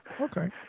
Okay